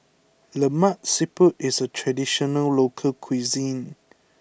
Lemak Siput is a traditional local cuisine